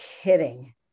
kidding